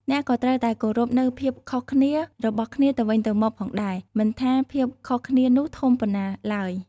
អ្នកក៏ត្រូវតែគោរពនូវភាពខុសគ្នារបស់គ្នាទៅវិញទៅមកផងដែរ មិនថាភាពខុសគ្នានោះធំប៉ុណ្ណាឡើយ។